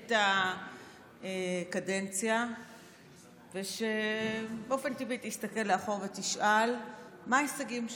את הקדנציה וכשבאופן טבעי תסתכל לאחור ותשאל מה ההישגים שלה,